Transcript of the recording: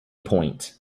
point